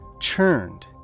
churned